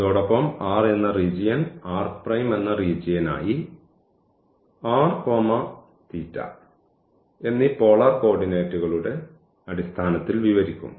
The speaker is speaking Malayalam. അതോടൊപ്പം R എന്ന റീജിയൻ R എന്ന റീജിയനായി എന്നീ പോളാർ കോർഡിനേറ്റുകളുടെ അടിസ്ഥാനത്തിൽ വിവരിക്കും